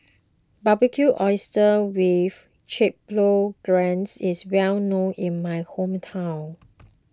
Barbecued Oysters with Chipotle Glaze is well known in my hometown